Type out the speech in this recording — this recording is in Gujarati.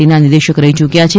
ટી ના નિર્દેશક રહી યૂક્યા છે